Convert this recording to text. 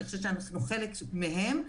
אנחנו חלק מהם.